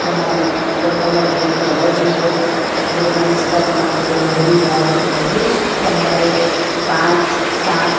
તમારી તમારે યોગ કરવા જોઈએ સૂર્ય નમસ્કાર તમારાથી વધારે નહીં થાય તો એટલીસ્ટ તમારે પાંચ સાત